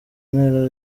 ntera